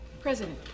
President